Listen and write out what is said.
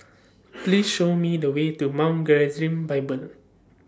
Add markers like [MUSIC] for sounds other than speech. [NOISE] Please Show Me The Way to Mount Gerizim Bible